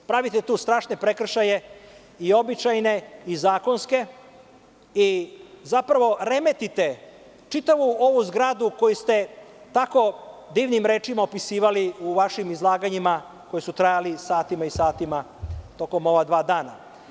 Pravite tu strašne prekršaje i običajne i zakonske i zapravo remetite čitavu ovu zgradu koju ste tak divnim rečima opisivali u vašim izlaganjima koja su trajala satima i satima tokom ova dva dana.